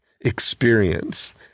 experience